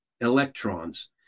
electrons